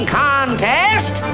contest